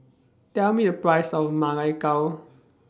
Tell Me The Price of Ma Lai Gao